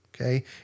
okay